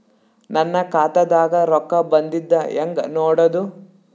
ನನ್ನ ಖಾತಾದಾಗ ರೊಕ್ಕ ಬಂದಿದ್ದ ಹೆಂಗ್ ನೋಡದು?